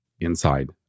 inside